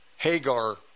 Hagar